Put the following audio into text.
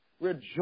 rejoice